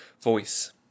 Voice